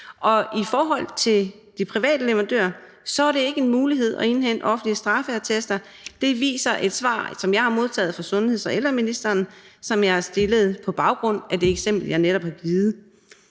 og i forhold til de private leverandører er det ikke en mulighed at indhente offentlige straffeattester. Det viser et svar, som jeg har modtaget fra sundheds- og ældreministeren, på et spørgsmål, som jeg har stillet på baggrund af det eksempel, jeg netop har givet.